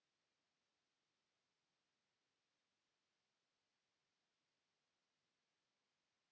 Kiitos